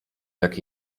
jak